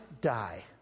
die